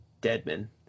Deadman